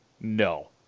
no